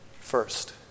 first